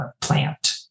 plant